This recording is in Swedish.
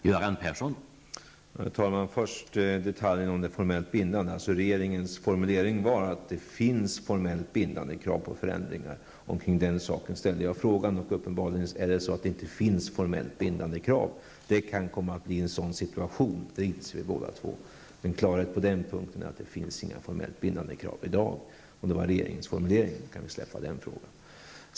Herr talman! Vad först beträffar detaljen om det formellt bindande var regeringens formulering den att det finns ''formellt bindande krav'' på förändringar. Det var detta som min fråga utgick från. Uppenbarligen finns det inte några formellt bindande krav. Det kan komma att bli en sådan situation -- det inser vi båda -- men det klara beskedet på den punkten är att det i dag inte finns några formellt bindande krav, såsom regeringen hade formulerat det. Vi kan därmed lämna den frågan.